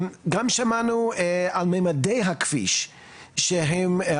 גם שמענו על ממדי הכביש המתוכנן,